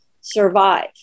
survive